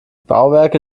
bauwerke